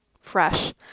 fresh